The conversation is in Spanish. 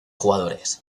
jugadores